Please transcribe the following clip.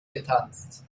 getanzt